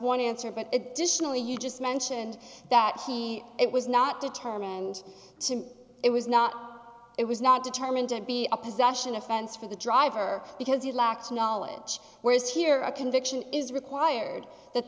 one answer but additionally you just mentioned that he it was not determined and it was not it was not determined to be a possession offense for the driver because he lacks knowledge whereas here a conviction is required that